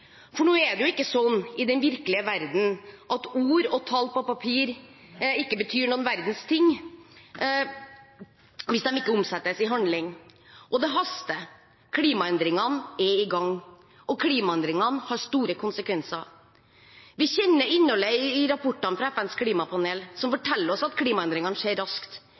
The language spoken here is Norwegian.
For nå er det sånn i den virkelige verden at ord og tall på papir ikke betyr noen verdens ting hvis de ikke omsettes i handling. Det haster! Klimaendringene er i gang og har store konsekvenser. Vi kjenner innholdet i rapporten fra FNs klimapanel, som forteller oss at klimaendringene skjer raskt.